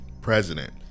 president